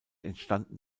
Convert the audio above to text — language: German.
entstanden